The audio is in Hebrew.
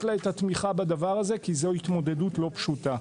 לה את התמיכה בדבר הזה כי זו התמודדות לא פשוטה.